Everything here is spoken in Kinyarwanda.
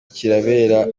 kirabera